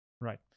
Right